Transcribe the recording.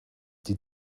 die